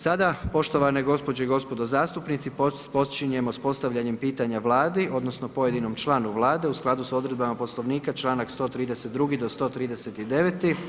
Sada, poštovane gospođe i gospodo zastupnici, počinjemo s postavljanjem pitanja Vladi, odnosno pojedinom članu Vlade, u skladu s odredbama Poslovnika čl. 132. do 139.